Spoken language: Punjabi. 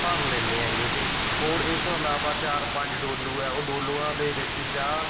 ਭਰ ਲੈਂਦੇ ਹੈਗੇ ਅਤੇ ਹੋਰ ਇਸ ਤੋਂ ਇਲਾਵਾ ਚਾਰ ਪੰਜ ਡੋਲੂ ਹੈ ਉਹ ਡੋਲੂਆਂ ਦੇ ਵਿੱਚ ਚਾਹ